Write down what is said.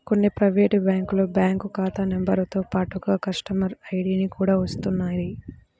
కొన్ని ప్రైవేటు బ్యాంకులు బ్యాంకు ఖాతా నెంబరుతో పాటుగా కస్టమర్ ఐడిని కూడా ఇస్తున్నాయి